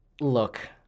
look